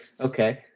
Okay